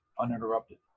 uninterrupted